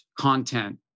content